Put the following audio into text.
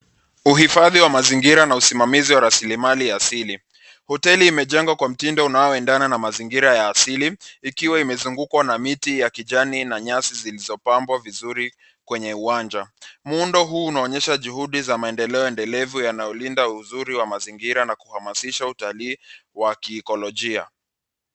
Uhifadhi wa mazingira na usimamizi wa rasilimali ya asili. Hoteli imejengwa kwa mtindo unaoendana na mazingira ya asili ikiwa imezungukwa na miti ya kijani na nyasi zilizopambwa vizuri kwenye uwanja. Muundo huu unaonyesha juhudi za maendeleo endelevu yanayolinda uzuri wa mazingira na kuhamasiha utalii wa kiekolojia.